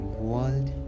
world